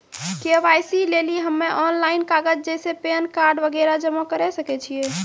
KYC लेली हम्मय online कागज जैसे पैन कार्ड वगैरह जमा करें सके छियै?